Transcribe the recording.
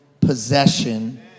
possession